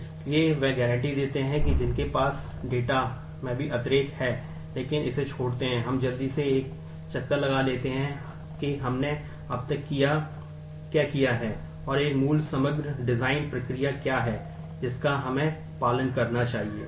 इसलिए वे गारंटी देते हैं कि उनके पास डेटा प्रक्रिया क्या है जिसका हमें पालन करना चाहिए